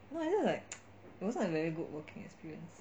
no I just like it was not a very good working experience